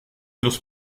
los